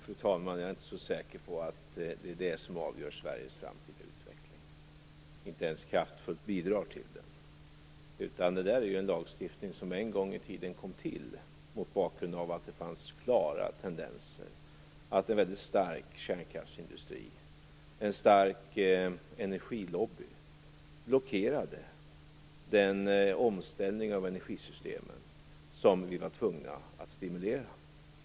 Fru talman! Jag är inte så säker på att det är det som avgör Sveriges framtida utveckling eller ens kraftfullt bidrar till den. Den här lagstiftningen kom en gång i tiden till mot bakgrund av att det fanns klara tendenser till att en väldigt stark kärnkraftsindustri och en stark energilobby blockerade den omställning av energisystemen som vi var tvungna att stimulera.